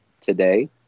today